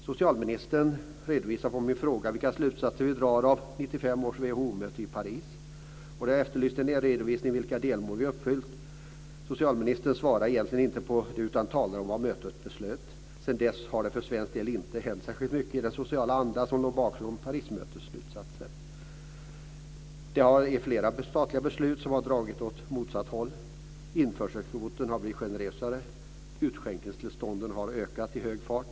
Socialministern svarade egentligen inte på min fråga om vilka slutsatser vi drar av 1995 års WHO möte i Paris, där jag efterlyste en redovisning av vilka delmål vi uppfyllt, utan talade om vad mötet beslöt. Sedan dess har det för svensk del inte hänt särskilt mycket i den sociala anda som låg bakom Parismötets slutsatser. Vi har flera statliga beslut som har dragit åt motsatt håll. Införselkvoten har blivit generösare. Utskänkningstillstånden har ökat i hög fart.